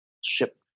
ship